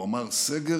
הוא אמר: סגר?